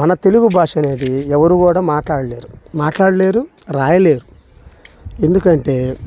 మన తెలుగు భాష అనేది ఎవరు గూడా మాట్లాడలేరు మాట్లాడలేరు రాయలేరు ఎందుకంటే